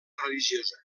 religiosa